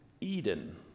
Eden